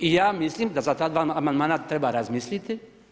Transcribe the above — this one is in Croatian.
I ja mislim da za ta dva amandmana treba razmisliti.